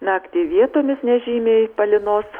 naktį vietomis nežymiai palynos